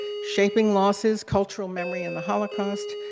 shaping losses cultural memory and the holocaust,